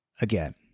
again